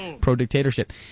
pro-dictatorship